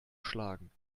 schlagen